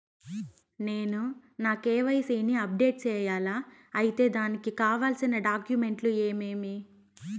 నేను నా కె.వై.సి ని అప్డేట్ సేయాలా? అయితే దానికి కావాల్సిన డాక్యుమెంట్లు ఏమేమీ?